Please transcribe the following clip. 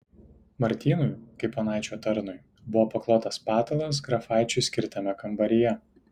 martynui kaip ponaičio tarnui buvo paklotas patalas grafaičiui skirtame kambaryje